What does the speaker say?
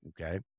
okay